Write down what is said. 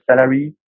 salary